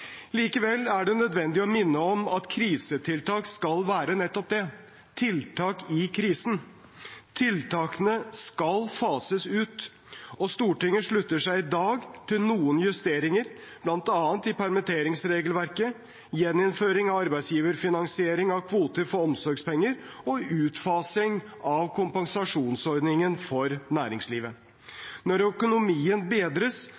Likevel er det nødvendig å minne om at krisetiltak skal være nettopp det, tiltak i krisen. Tiltakene skal fases ut, og Stortinget slutter seg i dag til noen justeringer bl.a. i permitteringsregelverket, gjeninnføring av arbeidsgiverfinansiering av kvoter for omsorgspenger og utfasing av kompensasjonsordningen for næringslivet. Når økonomien bedres,